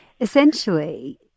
Essentially